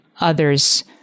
others